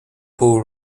pull